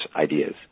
ideas